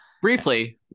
briefly